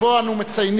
שבו אנו מציינים